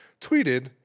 tweeted